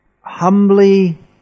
humbly